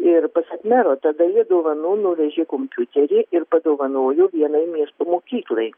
ir pasak mero tada jie dovanų nuvežė kompiuterį ir padovanojo vienai miesto mokyklai